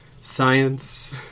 science